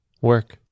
work